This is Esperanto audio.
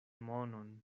monon